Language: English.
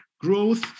growth